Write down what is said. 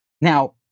Now